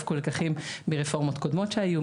הופקו לקחים מרפורמות קודמות שהיו,